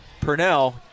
Purnell